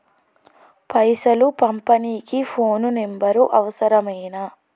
పైసలు పంపనీకి phone number అవసరమేనా?